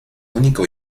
único